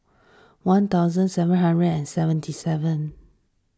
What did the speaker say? one thousand seven hundred and seventy seven